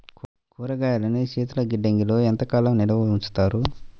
కూరగాయలను శీతలగిడ్డంగిలో ఎంత కాలం నిల్వ ఉంచుతారు?